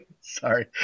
Sorry